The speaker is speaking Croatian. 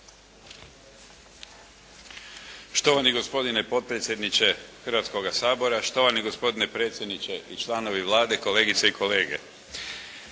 Štovani gospodine potpredsjedniče Hrvatskoga sabora, štovani gospodine predsjedniče i članovi Vlade, kolegice i kolege!